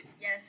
Yes